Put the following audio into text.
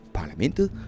parlamentet